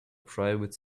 private